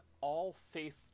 all-faith